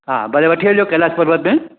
हा भले वठी हलिजो कैलाश पर्वत में